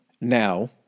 Now